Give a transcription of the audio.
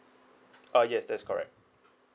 uh yes that is correct